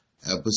Episode